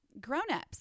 grown-ups